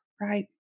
right